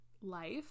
life